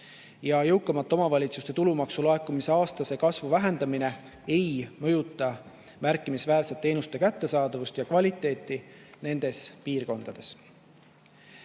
Jõukamate omavalitsuste tulumaksu laekumise aastase kasvu vähenemine ei mõjuta märkimisväärselt teenuste kättesaadavust ja kvaliteeti nendes piirkondades.